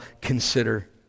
consider